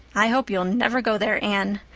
i hope you'll never go there, anne.